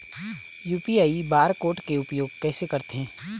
UPI bar code के उपयोग कैसे करथें?